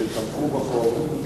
שתמכו בחוק,